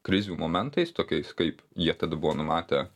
krizių momentais tokiais kaip jie tada buvo numatę